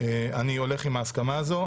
אני הולך עם ההסכמה הזו.